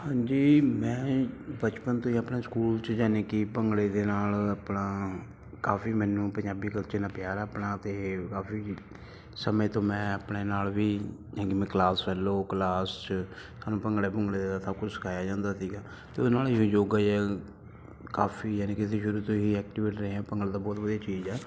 ਹਾਂਜੀ ਮੈਂ ਬਚਪਨ ਤੁਸੀਂ ਆਪਣਾ ਸਕੂਲ 'ਚ ਜਾਨੀ ਕਿ ਭੰਗੜੇ ਦੇ ਨਾਲ ਆਪਣਾ ਕਾਫੀ ਮੈਨੂੰ ਪੰਜਾਬੀ ਕਲਚਰ ਨਾਲ ਪਿਆਰ ਆ ਆਪਣਾ ਅਤੇ ਕਾਫੀ ਸਮੇਂ ਤੋਂ ਮੈਂ ਆਪਣੇ ਨਾਲ ਵੀ ਮੈਂ ਕਲਾਸ ਫੈਲੋ ਕਲਾਸ 'ਚ ਸਾਨੂੰ ਭੰਗੜੇ ਭੁੰਗੜੇ ਦਾ ਸਭ ਕੁਝ ਸਿਖਾਇਆ ਜਾਂਦਾ ਸੀਗਾ ਅਤੇ ਉਹਦੇ ਨਾਲ ਯੋਗਾ ਕਾਫੀ ਯਾਨੀ ਕਿ ਅਸੀਂ ਸ਼ੁਰੂ ਤੋਂ ਹੀ ਐਕਟੀਵੇਟ ਰਹੇ ਹਾਂ ਭੰਗੜਾ ਦਾ ਬਹੁਤ ਵਧੀਆ ਚੀਜ਼ ਆ